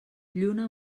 lluna